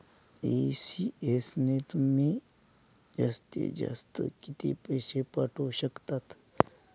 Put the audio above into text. ECS ने तुम्ही जास्तीत जास्त किती पैसे पाठवू शकतात?